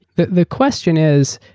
the the question is,